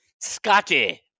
Scotty